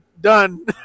done